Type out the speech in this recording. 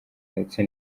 ndetse